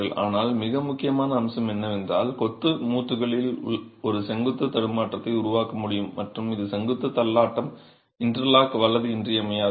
ஆனால் மிக முக்கியமான அம்சம் என்னவென்றால் கொத்து மூட்டுகளில் ஒரு செங்குத்து தடுமாற்றத்தை உருவாக்க முடியும் மற்றும் இந்த செங்குத்து தள்ளாட்டம் இன்டர்லாக் இன்றியமையாதது